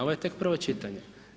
Ovo je tek prvo čitanje.